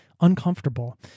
uncomfortable